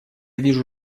вижу